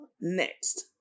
Next